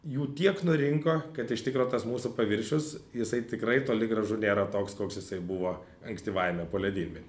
jų tiek nurinko kad iš tikro tas mūsų paviršius jisai tikrai toli gražu nėra toks koks jisai buvo ankstyvajame poledynmety